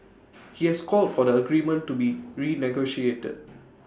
he has called for the agreement to be renegotiated